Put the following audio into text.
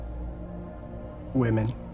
Women